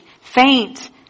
faint